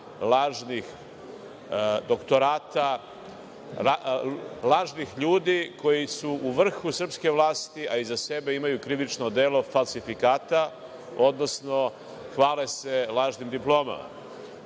lažnih doktorata, lažnih ljudi, koji su u vrhu srpske vlasti, a iza sebe imaju krivično delo falsifikata, odnosno hvale se lažnim diplomama.